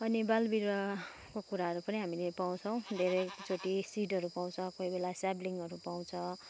अनि बाल बिरूवाको कुराहरू पनि हामीले पाउँछौँ धेरैचोटि सिडहरू पाउँछौँ कोही बेला स्यापलिङ पाउँछौँ